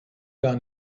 gar